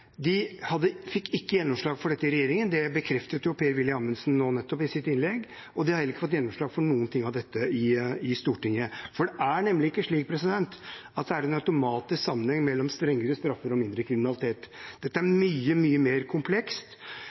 De fikk ikke gjennomslag for dette i regjeringen – det bekreftet Per-Willy Amundsen nå nettopp i sitt innlegg – og de har heller ikke fått gjennomslag for noe av dette i Stortinget. Det er nemlig ikke slik at det er en automatisk sammenheng mellom strengere straffer og mindre kriminalitet; dette er mye mer komplekst.